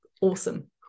awesome